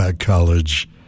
college